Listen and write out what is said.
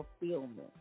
fulfillment